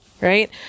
Right